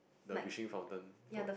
the wishing fountain